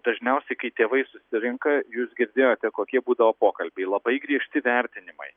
dažniausiai kai tėvai susirenka jūs girdėjote kokie būdavo pokalbiai labai griežti vertinimai